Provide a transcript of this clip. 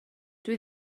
dwi